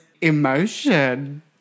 emotion